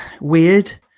weird